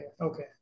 okay